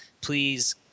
Please